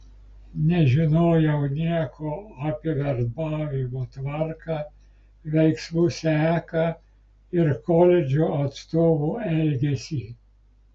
nežinojau nieko apie verbavimo tvarką veiksmų seką ir koledžų atstovų elgesį